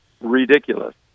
ridiculous